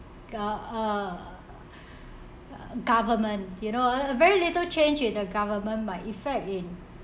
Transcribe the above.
gov~ uh government you know a very little change in the government might effect in